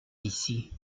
ici